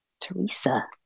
Teresa